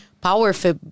powerful